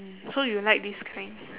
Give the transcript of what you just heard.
so you like this kind